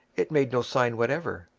it made no sign whatever,